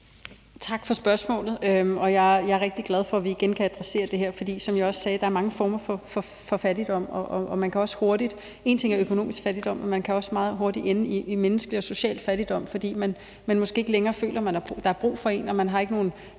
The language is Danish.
Tak for spørgsmålet. Jeg er rigtig glad for, at vi igen kan adressere det her, for som jeg også sagde, er der mange former for fattigdom. Og en ting er økonomisk fattigdom, men man kan også meget hurtigt ende i menneskelig og social fattigdom, fordi man måske ikke længere føler, at der er brug for en – man har måske ikke nogen